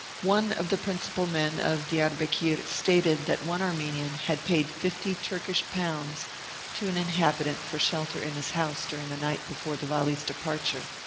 one of the principal men of diarbekir stated that one armenian had paid fifty turkish pounds to an inhabitant for shelter in his house during the night before the vali's departure,